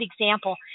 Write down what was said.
example